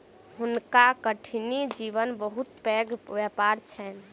हुनका कठिनी जीवक बहुत पैघ व्यापार छैन